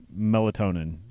melatonin